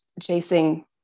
chasing